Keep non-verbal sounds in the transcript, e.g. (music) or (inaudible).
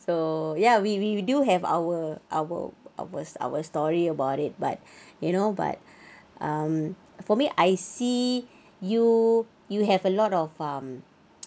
so ya we we do have our our our our story about it but you know but um for me I see you you have a lot of um (noise)